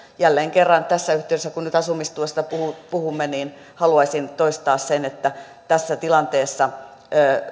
jälleen kerran tässä yhteydessä kun nyt asumistuesta puhumme puhumme haluaisin toistaa sen että tässä tilanteessa